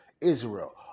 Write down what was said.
Israel